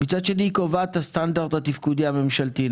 מצד שני היא קובעת את הסטנדרט התפקודי הממשלתי,